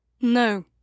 No